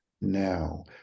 now